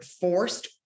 forced